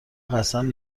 قسم